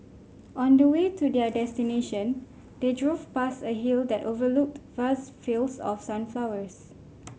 on the way to their destination they drove past a hill that overlooked vast fields of sunflowers